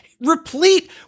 replete